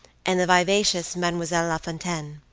and the vivacious mademoiselle lafontaine.